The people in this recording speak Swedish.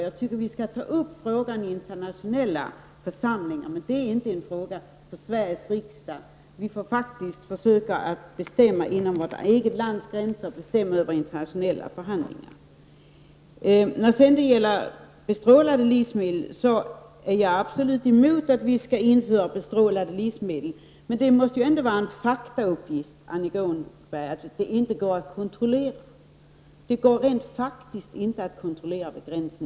Jag tycker att vi skall ta upp frågan i internationella församlingar. Men detta är inte en fråga för Sveriges riksdag. Vi får bestämma om det som gäller inom vårt eget lands gränser. Övriga frågor får vi ta upp i internationella förhandlingar. Jag är absolut emot att vi skall införa bestrålade livsmedel i Sverige. Men det måste ändå vara en faktauppgift, Annika Åhnberg, att detta inte går att kontrollera. Det går rent faktiskt inte att kontrollera detta vid gränsen.